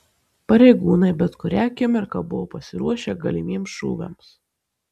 pareigūnai bet kurią akimirką buvo pasiruošę galimiems šūviams